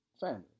Family